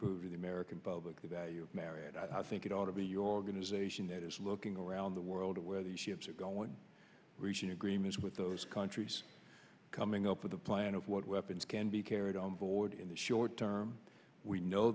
prove to the american public the value of merit i think it ought to be your gonna zation that is looking around the world where the ships are going reaching agreements with those countries coming up with a plan of what weapons can be carried on board in the short term we know